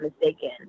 mistaken